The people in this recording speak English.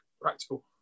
practical